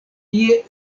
tie